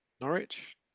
Norwich